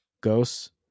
ghosts